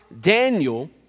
Daniel